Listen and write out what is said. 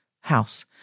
house